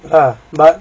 ah but